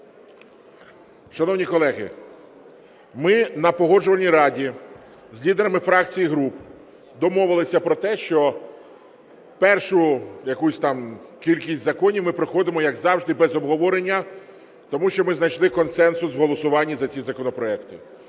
Шановні колеги, ми на Погоджувальній раді з лідерами фракцій і груп домовилися про те, що першу якусь там кількість законів ми проходимо, як завжди, без обговорення, тому що ми знайшли консенсус у голосуванні за ці законопроекти.